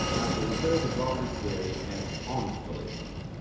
i shall refer to goss's theory as omphalos. um